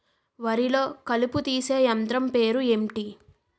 వరి లొ కలుపు తీసే యంత్రం పేరు ఎంటి?